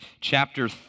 chapter